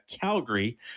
Calgary